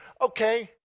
Okay